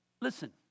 Listen